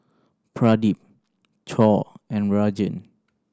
Pradip Choor and Rajan